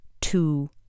two